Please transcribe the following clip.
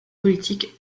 politique